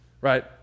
right